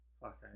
Fuck